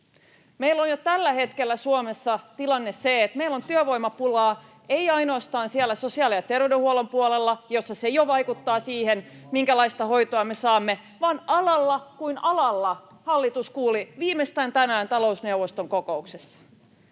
Meillä on jo tällä hetkellä Suomessa tilanne se, että meillä on työvoimapulaa — ei ainoastaan siellä sosiaali- ja terveydenhuollon puolella, jossa se jo vaikuttaa siihen, minkälaista hoitoa me saamme, vaan alalla kuin alalla, kuten hallitus kuuli viimeistään tänään talousneuvoston kokouksessa.